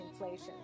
inflation